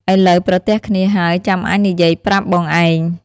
ឥឡូវប្រទះគ្នាហើយ ចាំអញនិយាយប្រាប់បងឯង